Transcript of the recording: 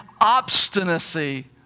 obstinacy